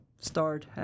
start